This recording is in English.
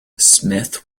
smith